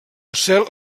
cel